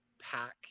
pack